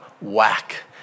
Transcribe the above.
whack